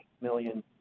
million